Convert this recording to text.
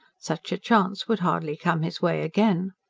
such a chance would hardly come his way again.